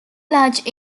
large